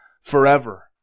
forever